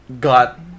got